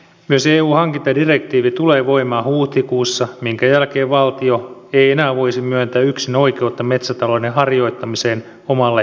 myös eun hankintadirektiivi tulee voimaan huhtikuussa minkä jälkeen valtio ei enää voisi myöntää yksinoikeutta metsätalouden harjoittamiseen omalle yhtiölleen